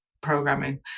programming